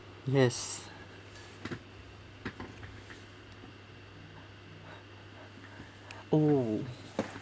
yes oh